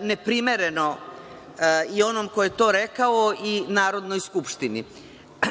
neprimereno i onom ko je to rekao i Narodnoj skupštini.